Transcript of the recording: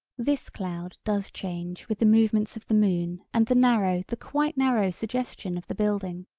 this cloud does change with the movements of the moon and the narrow the quite narrow suggestion of the building.